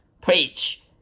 preach